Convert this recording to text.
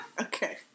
Okay